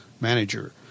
manager